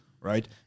right